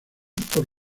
por